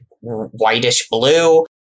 whitish-blue